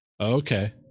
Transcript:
Okay